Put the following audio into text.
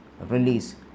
release